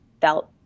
felt